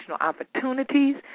opportunities